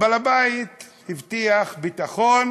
בעל הבית הבטיח ביטחון